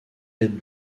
l’aide